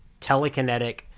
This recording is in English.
telekinetic